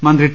മന്ത്രി ടി